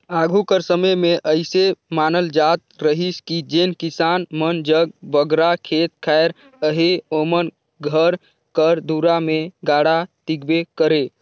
आघु कर समे मे अइसे मानल जात रहिस कि जेन किसान मन जग बगरा खेत खाएर अहे ओमन घर कर दुरा मे गाड़ा दिखबे करे